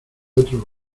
otro